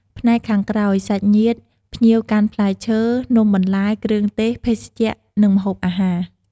ផ្នែកខាងក្រោយ សាច់ញាតិ ភ្ញៀវកាន់ផ្លែឈើ នំបន្លែ គ្រឿងទេស ភេសជ្ជៈ និងម្ហូបអាហារ។